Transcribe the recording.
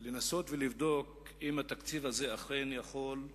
לנסות ולבדוק אם התקציב הזה אכן יכול,